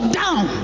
down